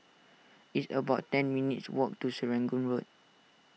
it's about ten minutes' walk to Serangoon Road